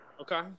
Okay